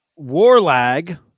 Warlag